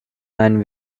and